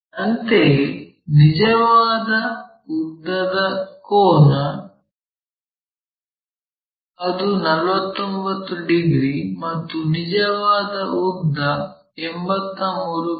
ಅಂತೆಯೇ ನಿಜವಾದ ಉದ್ದದ ಕೋನ ಅದು 49 ಡಿಗ್ರಿ ಮತ್ತು ನಿಜವಾದ ಉದ್ದ 83 ಮಿ